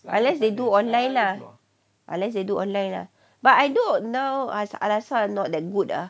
unless they do online lah unless they do online lah but I don't know al-azhar now not that good lah